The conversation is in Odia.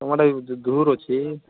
ତମର୍ଟା ବି ଧୂର୍ ଅଛି